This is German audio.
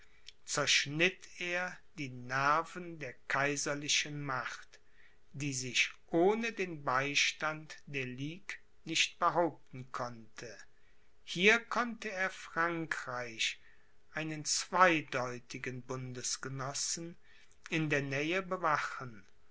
zerschnitt er die nerven der kaiserlichen macht die sich ohne den beistand der ligue nicht behaupten konnte hier konnte er frankreich einen zweideutigen bundesgenossen in der nähe bewachen